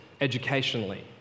educationally